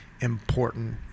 important